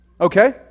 Okay